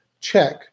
check